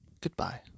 Goodbye